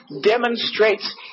demonstrates